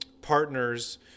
partners